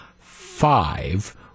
five